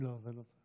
לא, זה לא זה.